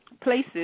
Places